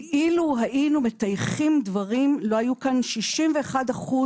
אילו היינו מטייחים דברים, לא היו כאן 61%